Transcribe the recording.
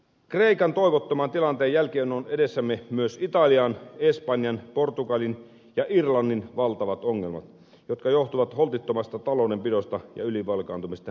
kreikan toivottoman tilanteen jälkeen ovat edessämme myös italian espanjan portugalin ja irlannin valtavat ongelmat jotka johtuvat myöskin holtittomasta taloudenpidosta ja ylivelkaantumisesta